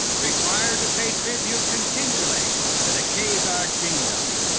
required to pay tribute continually to the khazar kingdom.